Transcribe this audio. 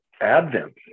Advent